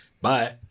Bye